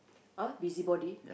!huh! busybody